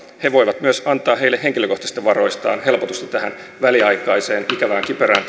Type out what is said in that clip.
voivat myös antaa heille henkilökohtaisista varoistaan helpotusta tähän väliaikaiseen ikävään kiperään